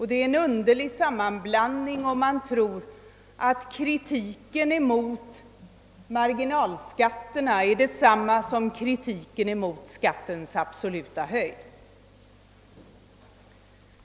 Det är en underlig sammanblandning, om man tror att kritiken mot marginalskatterna är detsamma som kritik mot skattens absoluta höjd.